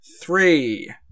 three